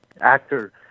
actor